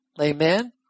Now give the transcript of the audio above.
Amen